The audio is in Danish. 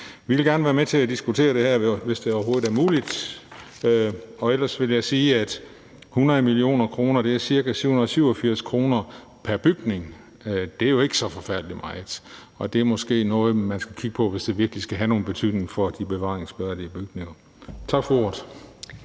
Vi vil gerne være med til at diskutere det her, hvis det overhovedet er muligt. Og ellers vil jeg sige, at 100 mio. kr. er ca. 787 kr. pr. bygning. Det er jo ikke så forfærdelig meget. Det er måske noget, man skal kigge på, hvis det virkelig skal have nogen betydning for de bevaringsværdige bygninger. Tak for ordet.